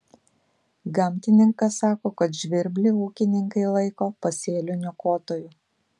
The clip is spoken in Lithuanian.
gamtininkas sako kad žvirblį ūkininkai laiko pasėlių niokotoju